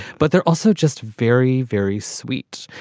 but they're also just very, very sweet.